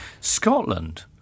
Scotland